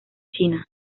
china